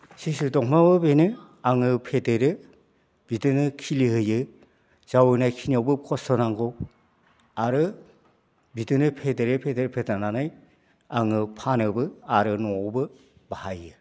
सिसु दंफाङाबो बेनो आङो फेदेरो बिदिनो खिलिहोयो जावायनायखिनियावबो खस्त' नांगौ आरो बिदिनो फेदेरै फेदेरै फेदेरनानै आङो फानोबो आरो न'आवबो बाहायो